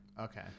Okay